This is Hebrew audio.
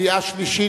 קריאה שלישית.